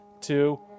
two